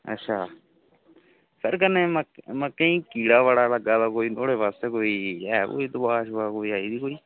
sir कन्नै मक्कें गी मक्कें गी कीड़ा बड़ा लग्गा दा कोई नुआढ़े आस्तै कोई ऐ कोई दवा शवा कोई आई दी कोई